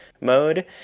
Mode